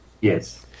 Yes